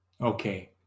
Okay